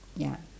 ya